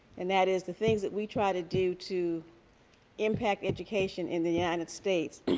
and that is the things that we try to do to impact education in the united states.